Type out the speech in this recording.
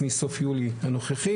מסוף יולי הנוכחי